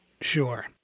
sure